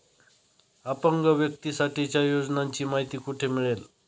अपंग व्यक्तीसाठीच्या योजनांची माहिती कुठे मिळेल?